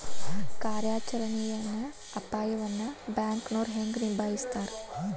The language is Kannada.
ಕಾರ್ಯಾಚರಣೆಯ ಅಪಾಯವನ್ನ ಬ್ಯಾಂಕನೋರ್ ಹೆಂಗ ನಿಭಾಯಸ್ತಾರ